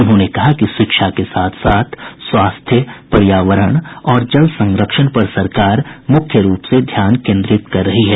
उन्होंने कहा कि शिक्षा के साथ साथ स्वास्थ्य पर्यावरण और जल संरक्षण पर सरकार मुख्य रूप से ध्यान केन्द्रित कर रही है